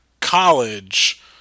college